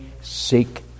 seek